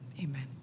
amen